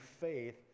faith